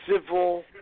civil